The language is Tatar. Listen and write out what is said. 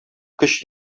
көч